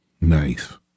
Nice